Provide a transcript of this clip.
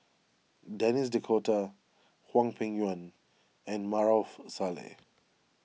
Denis D'Cotta Hwang Peng Yuan and Maarof Salleh